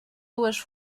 dues